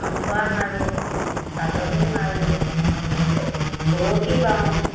আঁঠুৱা মাৰোঁ চালনী মাৰোঁ বৰশি বাওঁ